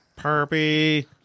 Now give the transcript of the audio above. Perpy